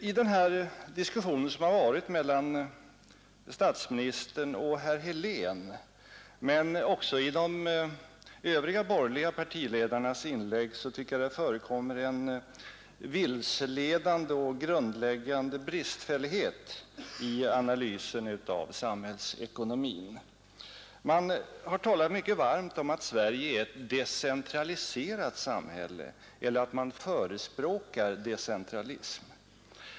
I den diskussion som förts mellan statsministern och herr Helén men också i de övriga borgerliga partiledarnas inlägg tycker jag att det har funnits en vilseledande och grundläggande bristfällighet i analysen av samhällsekonomin. Man har talat mycket varmt om att Sverige är ett decentraliserat samhälle, eller om att man förespråkar decentralism.